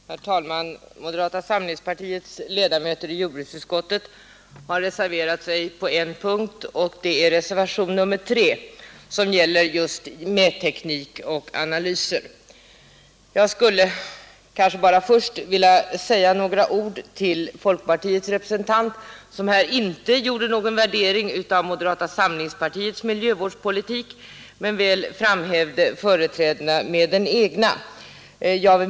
Herr talman! Moderata samlingspartiets ledamöter i jordbruksutskottet har reserverat sig på en punkt, nämligen i reservationen 4, som gäller mätteknik och analyser. Jag skulle först vilja säga några ord till folkpartiets representant, som här inte gjorde någon värdering av moderata samlingspartiets miljövårdspolitik men väl framhävde fördelarna med den egna.